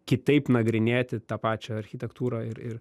kitaip nagrinėti tą pačią architektūrą ir ir